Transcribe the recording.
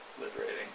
liberating